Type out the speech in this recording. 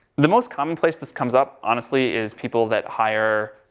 the most common place this comes up honestly is people that hire,